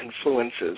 influences